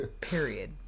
Period